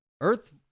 Earth